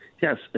Yes